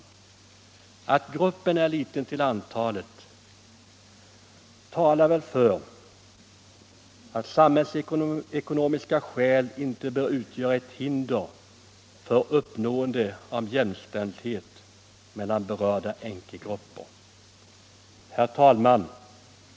Det faktum att gruppen är liten talar för att samhällsekonomiska skäl inte kan utgöra något hinder för uppnående av jämställdhet mellan olika änkegrupper. Herr talman!